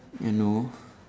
you know